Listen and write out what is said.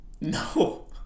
No